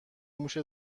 موش